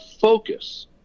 focus